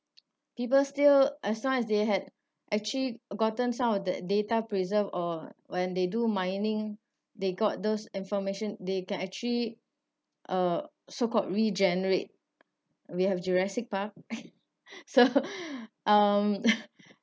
people still as long as they had actually gotten some of the data preserved or when they do mining they got those information they can actually uh so called regenerate we have jurassic park so um